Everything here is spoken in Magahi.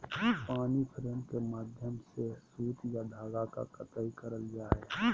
पानी फ्रेम के माध्यम से सूत या धागा के कताई करल जा हय